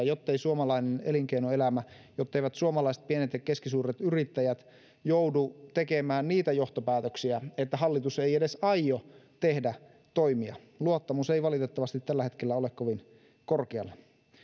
jottei suomalainen elinkeinoelämä ja jotteivät suomalaiset pienet ja keskisuuret yrittäjät joudu tekemään niitä johtopäätöksiä että hallitus ei edes aio tehdä toimia luottamus ei valitettavasti tällä hetkellä ole kovin korkealla